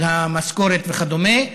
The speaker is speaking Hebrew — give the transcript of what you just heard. על המשכורת וכדומה,